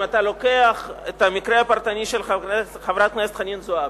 אם אתה לוקח את המקרה הפרטני של חברת הכנסת חנין זועבי,